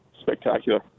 spectacular